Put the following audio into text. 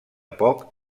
poc